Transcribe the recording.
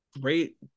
great